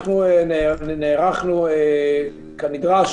אנחנו נערכנו כנדרש